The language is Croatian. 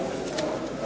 Hvala